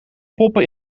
poppen